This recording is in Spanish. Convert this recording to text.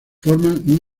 forman